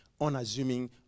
unassuming